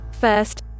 First